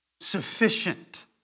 sufficient